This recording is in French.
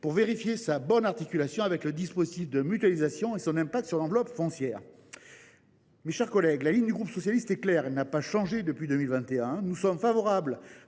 pour vérifier sa bonne articulation avec le dispositif de mutualisation et son incidence sur l’enveloppe foncière. Mes chers collègues, la ligne du groupe socialiste est claire et n’a pas changé depuis 2021 : nous sommes favorables